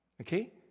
okay